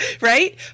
Right